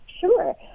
Sure